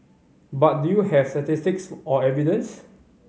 but do you have statistics or evidence